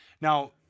now